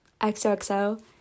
XOXO